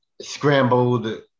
scrambled